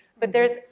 but there's,